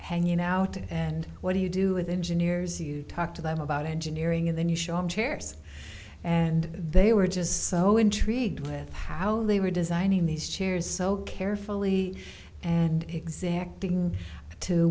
hanging out and what do you do with engineers you talk to them about engineering and then you shop chairs and they were just so intrigued with how they were designing these chairs so carefully and exacting to